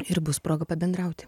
ir bus proga pabendrauti